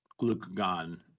glucagon